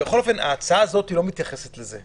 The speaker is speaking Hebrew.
בכל אופן, ההצעה הזאת לא מתייחסת לזה.